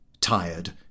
tired